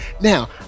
Now